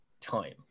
time